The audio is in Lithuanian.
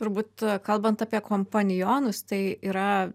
turbūt kalbant apie kompanionus tai yra